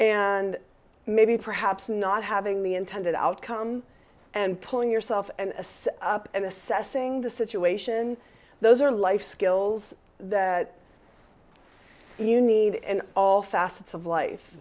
and maybe perhaps not having the intended outcome and pulling yourself up and assessing the situation those are life skills that you need in all facets of life